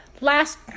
last